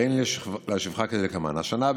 הריני להשיבך כדלקמן: השנה,